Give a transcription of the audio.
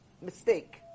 mistake